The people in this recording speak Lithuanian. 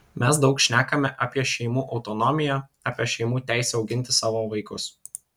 mes daug šnekame apie šeimų autonomiją apie šeimų teisę auginti savo vaikus